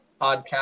podcast